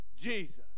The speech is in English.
Jesus